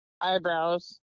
eyebrows